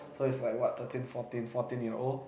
so it's like what thirteen fourteen fourteen year old